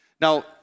Now